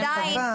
עדיין,